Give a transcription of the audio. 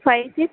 five six